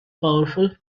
powerful